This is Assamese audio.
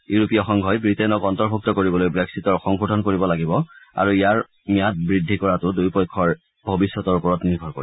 ইউৰোপীয় সংঘই ৱিটেইনক অন্তৰ্ভুক্ত কৰিবলৈ ব্ৰেক্সিটৰ সংশোধন কৰিব লাগিব আৰু ইয়াৰ ম্যাদ বৃদ্ধি কৰাটো দুয়ো পক্ষৰ ভৱিষ্যতৰ ওপৰত নিৰ্ভৰ কৰিব